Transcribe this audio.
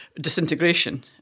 disintegration